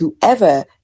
whoever